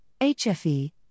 HFE